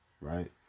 right